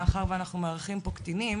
מאחר ואנחנו מארחים פה קטינים: